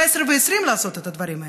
19 ו-20 לעשות את הדברים האלה?